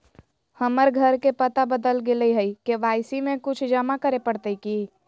हमर घर के पता बदल गेलई हई, के.वाई.सी में कुछ जमा करे पड़तई की?